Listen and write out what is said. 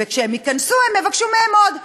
וכשהם ייכנסו הם יבקשו מהם עוד.